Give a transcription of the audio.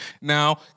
Now